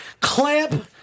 Clamp